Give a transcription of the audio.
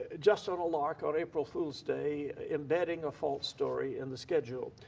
ah just on a lark, on april fools day, embedding a false story in the schedule.